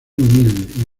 humilde